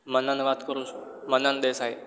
મનન વાત કરું છું મનન દેસાઈ